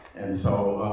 and so,